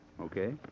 Okay